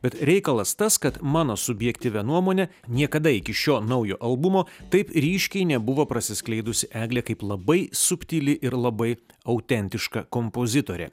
bet reikalas tas kad mano subjektyvia nuomone niekada iki šio naujo albumo taip ryškiai nebuvo prasiskleidusi eglė kaip labai subtili ir labai autentiška kompozitorė